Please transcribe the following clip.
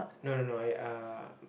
no no no I uh